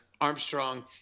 Armstrong